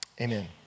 amen